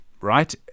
right